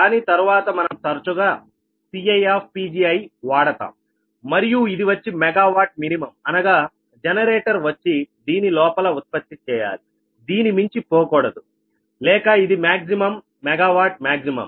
కానీ తర్వాత మనం తరచుగా Ciవాడతాం మరియు ఇది వచ్చి మెగావాట్ మినిమం అనగా జనరేటర్ వచ్చి దీని లోపల ఉత్పత్తి చేయాలి దీని మించి పోకూడదు లేక ఇది మాక్సిమం మెగావాట్ మ్యాగ్జిమం